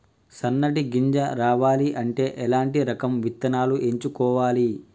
సన్నటి గింజ రావాలి అంటే ఎలాంటి రకం విత్తనాలు ఎంచుకోవాలి?